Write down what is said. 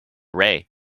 ray